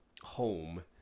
home